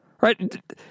right